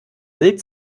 wild